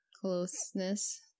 Closeness